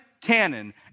canon